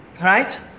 Right